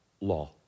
law